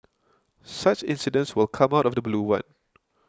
such incidents will come out of the blue one